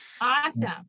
Awesome